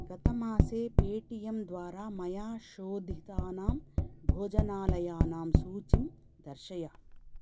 गतमासे पेटियेम् द्वारा मया शोधितानां भोजनालयानां सूचीं दर्शय